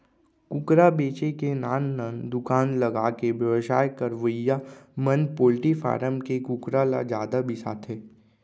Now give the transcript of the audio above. कुकरा बेचे के नान नान दुकान लगाके बेवसाय करवइया मन पोल्टी फारम के कुकरा ल जादा बिसाथें